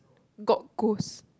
got ghost